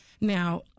Now